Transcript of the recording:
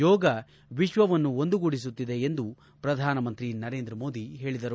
ಯೋಗ ವಿಶ್ವವನ್ನು ಒಂದುಗೂಡಿಸುತ್ತಿದೆ ಎಂದು ಪ್ರಧಾನಮಂತ್ರಿ ನರೇಂದ್ರ ಮೋದಿ ಹೇಳಿದರು